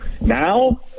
now